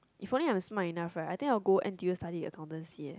if only I'm smart enough right I think I will go n_t_u study accountancy eh